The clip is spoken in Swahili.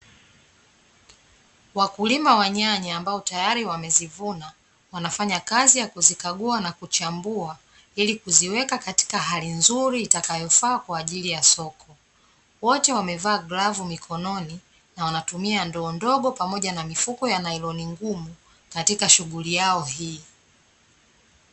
Wakulima wa nyanya ambao tayari wamezivuna wanafanya kazi ya kuzikagua na kuchambua ili kuziweka katika hali nzuri itakayofaa kwa ajili ya soko. Wote wamevaa gravu mikononi na wanatumia ndoo ndogo pamoja na mifuko ya nailoni ngumu katika shughuli yao hii.